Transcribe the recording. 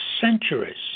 centuries